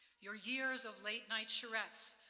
your years of late-night charrettes,